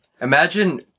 Imagine